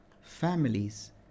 families